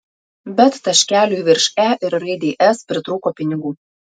bet taškeliui virš e ir raidei s pritrūko pinigų